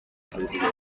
polítiques